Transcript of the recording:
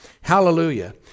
Hallelujah